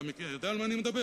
אתה יודע על מה אני מדבר?